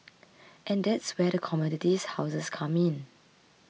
and that's where the commodities houses come in